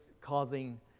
causing